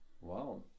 Wow